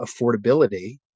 affordability